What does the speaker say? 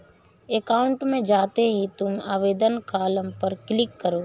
account में जाते ही तुम आवेदन कॉलम पर क्लिक करो